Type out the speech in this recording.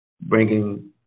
bringing